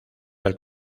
del